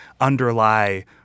underlie